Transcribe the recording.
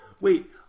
Wait